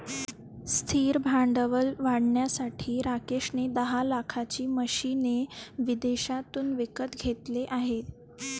स्थिर भांडवल वाढवण्यासाठी राकेश ने दहा लाखाची मशीने विदेशातून विकत घेतले आहे